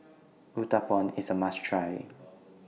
Uthapam IS A must Try